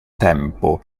tempo